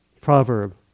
proverb